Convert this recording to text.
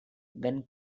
when